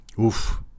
Oof